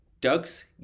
Ducks